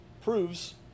proves